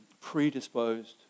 predisposed